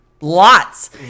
lots